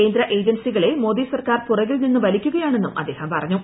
കേന്ദ്ര ഏജൻസികളെ മോദി സർക്കാർ പുറകിൽ നിന്നും വലിക്കുകയാണെന്നും അദ്ദേഹം പറഞ്ഞു